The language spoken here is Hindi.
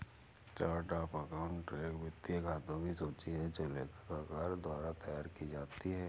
चार्ट ऑफ़ अकाउंट एक वित्तीय खातों की सूची है जो लेखाकार द्वारा तैयार की जाती है